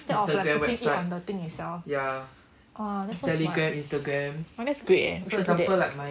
instead of like putting it on the thing itself !wah! that's so smart orh that's great eh